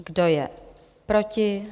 Kdo je proti?